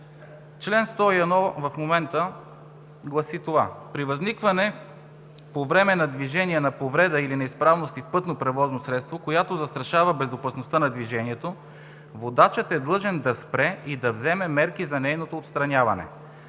чл. 101 гласи: „Чл. 101. (1) При възникване по време на движение на повреда или неизправност в пътно превозно средство, която застрашава безопасността на движението, водачът е длъжен да спре и да вземе мерки за нейното отстраняване.